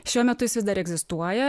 šiuo metu jis vis dar egzistuoja